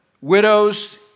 widows